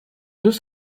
deux